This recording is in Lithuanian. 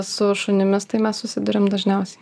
su šunimis tai mes susiduriam dažniausiai